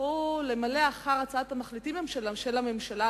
יצטרכו למלא אחרי הצעת המחליטים של הממשלה,